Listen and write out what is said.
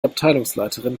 abteilungsleiterin